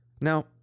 Now